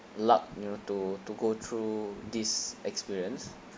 luck you know to to go through this experience